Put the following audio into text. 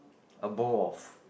a bowl of